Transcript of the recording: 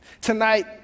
Tonight